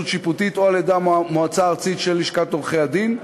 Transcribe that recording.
שיפוטית או על-ידי המועצה הארצית של לשכת עורכי-הדין,